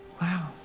Wow